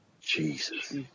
Jesus